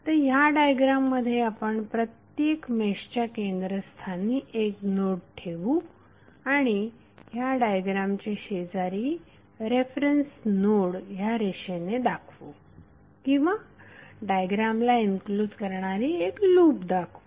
आता ह्या डायग्राममध्ये आपण प्रत्येक मेशच्या केंद्रस्थानी एक नोड ठेवू आणि ह्या डायग्रामच्या शेजारी रेफरन्स नोड या रेषेने दाखवू किंवा डायग्रामला एनक्लोज करणारी लूप दाखवू